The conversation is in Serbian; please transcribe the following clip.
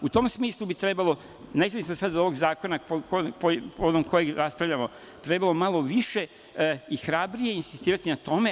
U tom smislu bi trebalo, nezavisno sad od ovog zakona o kojem raspravljamo, malo više i hrabrije insistirati na tome.